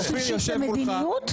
דרושה הגדרה של מדיניות?